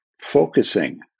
focusing